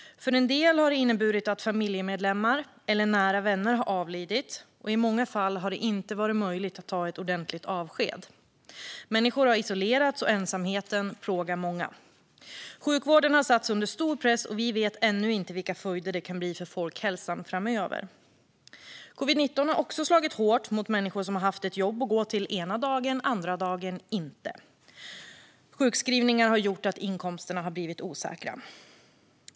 För en del har det inneburit att familjemedlemmar eller nära vänner har avlidit, och i många fall har det inte varit möjligt att ta ett ordentligt avsked. Människor har isolerats, och ensamheten plågar många. Sjukvården har satts under stor press, och vi vet ännu inte vilka följder det kan få för folkhälsan framöver. Covid-19 har också slagit hårt mot människor som har haft ett jobb att gå till den ena dagen men inte den andra. Sjukskrivningar har också gjort att inkomsterna har blivit osäkra.